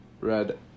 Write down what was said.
red